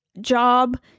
job